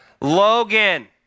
Logan